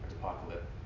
Apocalypse